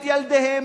את ילדיהם,